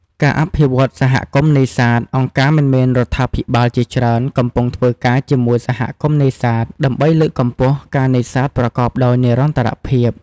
ការអភិវឌ្ឍន៍សហគមន៍នេសាទ អង្គការមិនមែនរដ្ឋាភិបាលជាច្រើនកំពុងធ្វើការជាមួយសហគមន៍នេសាទ ដើម្បីលើកកម្ពស់ការនេសាទប្រកបដោយនិរន្តរភាព។